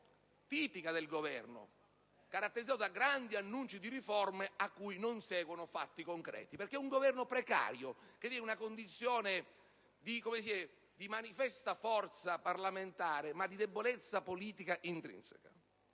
tipica di un Governo caratterizzato da grandi annunci di riforme cui non seguono fatti concreti, trattandosi di un Governo precario che vive una condizione di manifesta forza parlamentare ma di debolezza politica intrinseca.